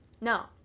no